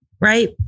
right